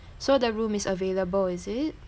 so the room is available is it